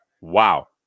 Wow